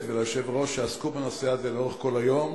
וליושב-ראש שעסקו בנושא הזה לאורך כל היום.